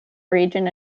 region